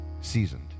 Seasoned